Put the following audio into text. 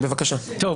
בבקשה, גור.